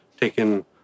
taken